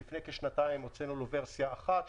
ולפני כשנתיים הוצאנו לו ורסיה של